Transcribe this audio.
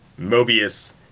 Mobius